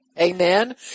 Amen